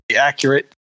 accurate